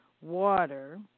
water